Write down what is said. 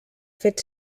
fet